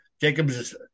Jacob's